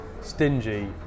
stingy